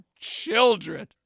children